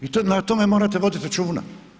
I na tome morate vodit računa.